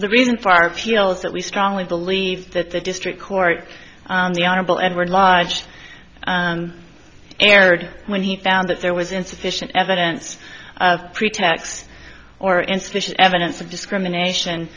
the reason for our appeals that we strongly believe that the district court the honorable edward lodge erred when he found that there was insufficient evidence of pretax or insufficient evidence of discrimination